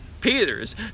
Peter's